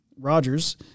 Rogers